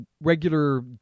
regular